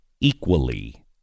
equally